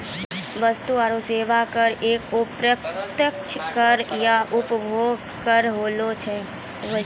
वस्तु आरो सेवा कर एक अप्रत्यक्ष कर या उपभोग कर हुवै छै